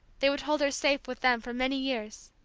they would hold her safe with them for many years.